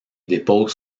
dépose